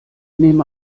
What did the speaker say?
nehme